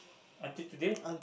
until today